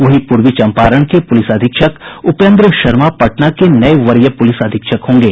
वहीं पूर्वी चंपारण के पुलिस अधीक्षक उपेन्द्र शर्मा पटना के नये वरीय पुलिस अधीक्षक होंगे